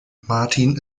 martin